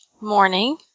morning